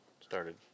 started